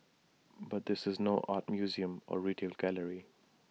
but this is no art museum or retail gallery